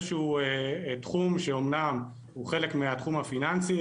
שהוא תחום שאמנם הוא חלק מהתחום הפיננסי,